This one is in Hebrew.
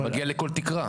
הוא מגיע לכל תקרה.